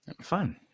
Fun